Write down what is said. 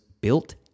built